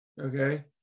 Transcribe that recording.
okay